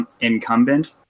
incumbent